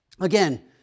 Again